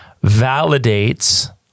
validates